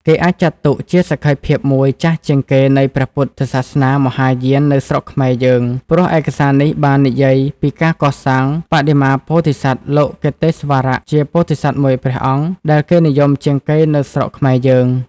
គេអាចចាត់ទុកជាសក្ខីភាពមួយចាស់ជាងគេនៃព្រះពុទ្ធសាសនាមហាយាននៅស្រុកខ្មែរយើង ព្រោះឯកសារនេះបាននិយាយពីការកសាងបដិមាពោធិសត្វលោកិតេស្វរៈជាពោធិសត្វមួយព្រះអង្គដែលគេនិយមជាងគេនៅស្រុកខ្មែរយើង។